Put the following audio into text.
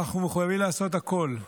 אנחנו מחויבים לעשות הכול,